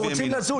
אנחנו רוצים לזוז.